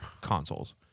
consoles